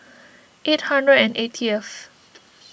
eight hundred and eightieth